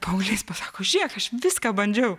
paauglys pasako žiūrėk aš viską bandžiau